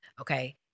Okay